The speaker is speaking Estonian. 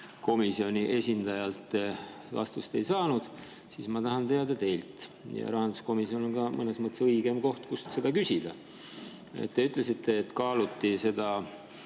komisjoni esindajalt vastust ei saanud, siis ma tahan seda teada [saada] teilt. Rahanduskomisjon on mõnes mõttes ka õigem koht, kust seda küsida. Te ütlesite, et kaaluti seda